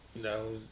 no